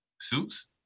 Suits